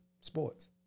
sports